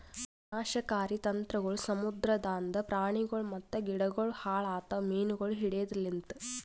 ವಿನಾಶಕಾರಿ ತಂತ್ರಗೊಳ್ ಸಮುದ್ರದಾಂದ್ ಪ್ರಾಣಿಗೊಳ್ ಮತ್ತ ಗಿಡಗೊಳ್ ಹಾಳ್ ಆತವ್ ಮೀನುಗೊಳ್ ಹಿಡೆದ್ ಲಿಂತ್